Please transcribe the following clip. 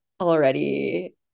already